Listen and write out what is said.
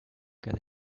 get